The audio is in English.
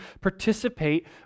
participate